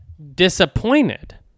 disappointed